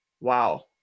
wow